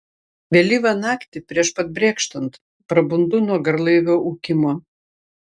vėlyvą naktį prieš pat brėkštant prabundu nuo garlaivio ūkimo